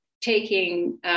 taking